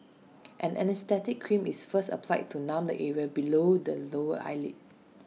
an anaesthetic cream is first applied to numb the area below the lower eyelid